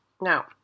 Now